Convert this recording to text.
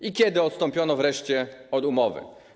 I kiedy odstąpiono wreszcie od umowy?